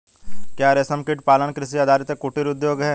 क्या रेशमकीट पालन कृषि आधारित एक कुटीर उद्योग है?